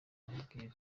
amubwira